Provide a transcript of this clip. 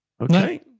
okay